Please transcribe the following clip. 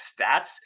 stats